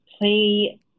play